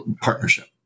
partnership